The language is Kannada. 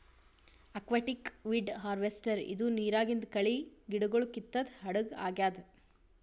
ಅಕ್ವಾಟಿಕ್ ವೀಡ್ ಹಾರ್ವೆಸ್ಟರ್ ಇದು ನಿರಾಗಿಂದ್ ಕಳಿ ಗಿಡಗೊಳ್ ಕಿತ್ತದ್ ಹಡಗ್ ಆಗ್ಯಾದ್